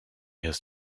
his